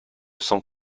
sens